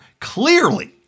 clearly